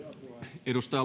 arvoisa